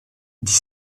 dix